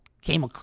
came